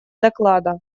доклада